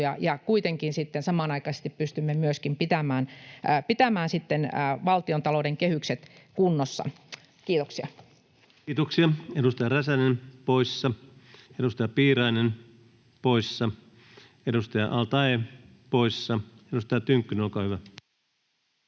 kuitenkin samanaikaisesti pystymme pitämään myöskin valtiontalouden kehykset kunnossa. — Kiitoksia. Kiitoksia. — Edustaja Räsänen, poissa. Edustaja Piirainen, poissa. Edustaja al-Taee, poissa. — Edustaja Tynkkynen, olkaa hyvä.